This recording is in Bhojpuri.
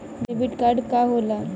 डेबिट कार्ड का होला?